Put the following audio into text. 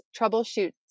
troubleshoot